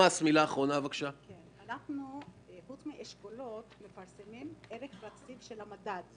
שלפחות עד שאנחנו מסיימים את הדיונים אצלך נקפיא את המצב,